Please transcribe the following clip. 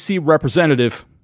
representative